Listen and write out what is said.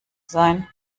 sein